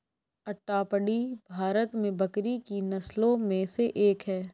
अट्टापडी भारत में बकरी की नस्लों में से एक है